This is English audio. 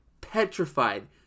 petrified